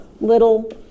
Little